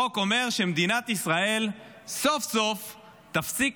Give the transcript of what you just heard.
החוק אומר שמדינת ישראל סוף-סוף תפסיק